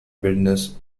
business